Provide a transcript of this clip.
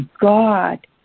God